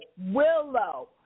Willow